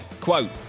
Quote